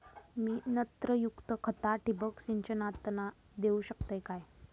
मी नत्रयुक्त खता ठिबक सिंचनातना देऊ शकतय काय?